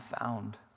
found